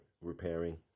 repairing